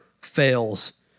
fails